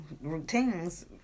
routines